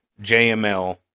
JML